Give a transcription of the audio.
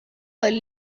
del